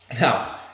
Now